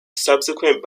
subsequent